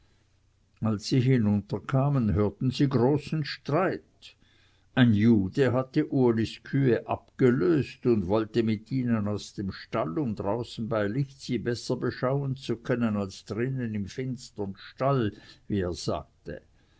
als sie hinunterkamen hörten sie großen streit ein jude hatte ulis kühe abgelöst und wollte mit ihnen aus dem stalle um draußen bei licht sie besser beschauen zu können als drinnen im finstern stall wie er sagte